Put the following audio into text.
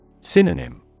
Synonym